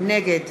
נגד